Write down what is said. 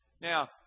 Now